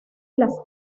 las